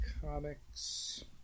Comics